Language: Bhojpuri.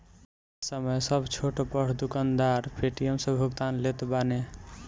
ए समय सब छोट बड़ दुकानदार पेटीएम से भुगतान लेत बाने